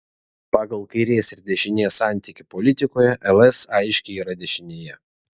pagal kairės ir dešinės santykį politikoje ls aiškiai yra dešinėje